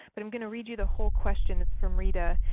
but i'm going to read you the whole question, it's from rita.